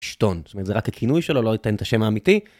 שטון, זאת אומרת זה רק הכינוי שלו, לא ניתן את השם האמיתי.